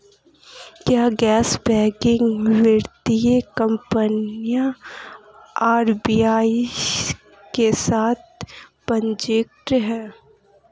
क्या गैर बैंकिंग वित्तीय कंपनियां आर.बी.आई के साथ पंजीकृत हैं?